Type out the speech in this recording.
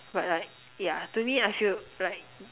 but like yeah to me I feel like